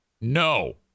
No